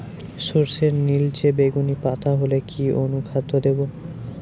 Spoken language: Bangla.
সরর্ষের নিলচে বেগুনি পাতা হলে কি অনুখাদ্য দেবো?